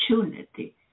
opportunity